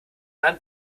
man